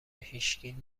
هیشکی